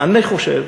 אני חושב